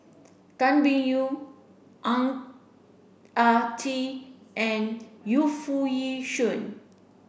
Tan Biyun Ang Ah Tee and Yu Foo Yee Shoon